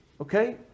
Okay